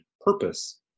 purpose